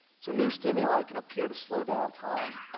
so new stimuli can appear to slow down time.